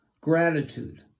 gratitude